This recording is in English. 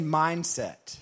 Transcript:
mindset